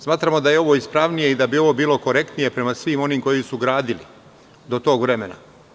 Smatramo da je ovo ispravnije i da bi ovo bilo korektnije prema svima onima koji su gradili do tog vremena.